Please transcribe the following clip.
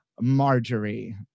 marjorie